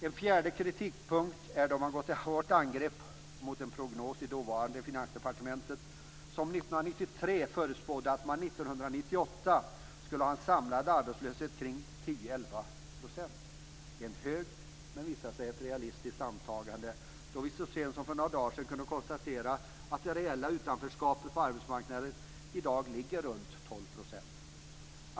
En fjärde kritikpunkt är att man gått till hårt angrepp mot en prognos i dåvarande Finansdepartementet, som 1993 förutspådde att man 1998 skulle kunna ha en samlad arbetslöshet kring 10-11 %. Ett högt, men det visade sig ett realistiskt, antagande då vi så sent som för några dagar sedan kunde konstatera att det reella utanförskapet på arbetsmarknaden i dag ligger runt 12 %.